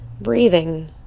breathing